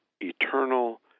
eternal